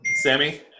Sammy